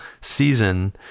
season